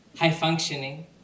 High-functioning